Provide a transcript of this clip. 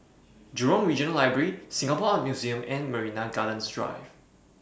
Jurong Regional Library Singapore Art Museum and Marina Gardens Drive